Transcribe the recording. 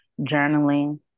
journaling